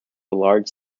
large